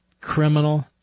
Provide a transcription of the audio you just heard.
criminal